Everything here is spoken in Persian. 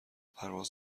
پرواز